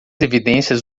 evidências